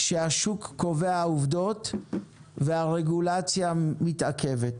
שהשוק קובע עובדות והרגולציה מתעכבת.